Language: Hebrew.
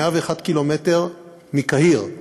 101 ק"מ מקהיר,